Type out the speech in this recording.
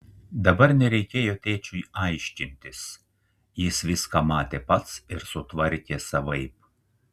dabar nereikėjo tėčiui aiškintis jis viską matė pats ir sutvarkė savaip